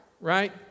right